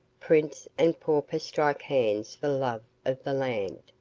prince and pauper strike hands for the love of the land,